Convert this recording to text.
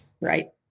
Right